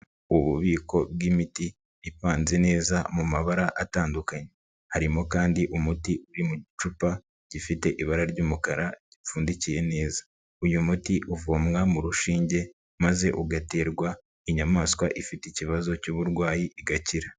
Ububiko bw'imiti ipanze neza mu mabara atandukanye. Harimo kandi umuti uri mu gicupa gifite ibara ry'umukara gipfundikiye neza. Uyu muti uvomwa mu rushinge maze ugaterwa inyamaswa ifite ikibazo cy'uburwayi igakira.